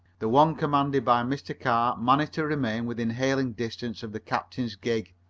the one commanded by mr. carr managed to remain within hailing distance of the captain's gig,